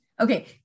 okay